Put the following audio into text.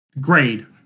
grade